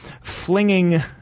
flinging